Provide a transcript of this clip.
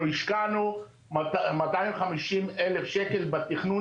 אנחנו השקענו מאתיים חמישים אלף שקל בתכנון